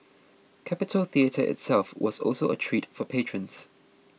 Capitol Theatre itself was also a treat for patrons